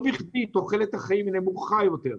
לא בכדי תוחלת החיים נמוכה יותר,